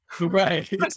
Right